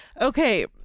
Okay